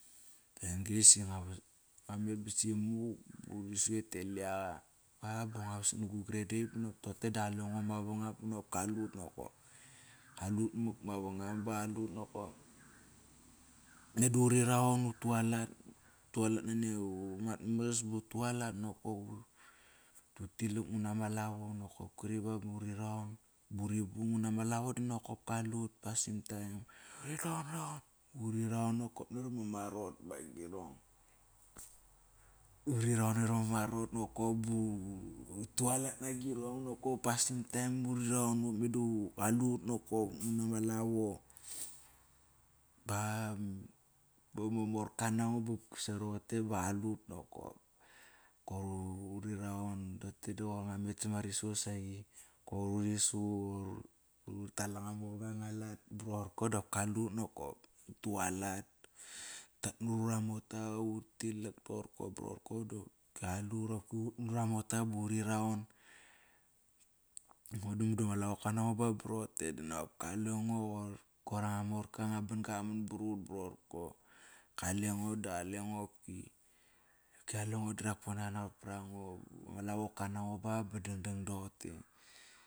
Ngua met ba sa i muk ba uri su ete liaqa ba ba ngua vasat na gu grade eight muk. Toqote daqalengo mavangam. Ba nop kalut nokop. Qalut muk mavangam. Ba qalut nokop. Meda uri raun, utualat, utualat nani amat mas ba utualat nokop. Utilak nguna ma lavo nokop. Kri ba ba uri raun ba uri bung utna ma lavo dinokop kalut pasim taim. Uri raun raun. Uri rau naveram ama arot ba agirong. Uri raun naveram ama arot nokop utualat nagi rong nokop pasim taem uri raun. Qalut nakop utna ma lavo. Bama mork nango. Roqote da qoir ngua met sap ma risu saqi. Koir uri su. Koir uri tal anga mor nga lat ba ror ko dap kalut nokop. Utualat. Utualat ramota, utilak rorko bo rorko. Ngo di mudu ama lavoka nango bd roqote dop kalengo. Koir anga mork anga ban-ga qaman bd rut ba rorko. Kalengo da qalengo. Rakpone qatnaqot pa rango, ma lavoka nanga ba dang dang doqote.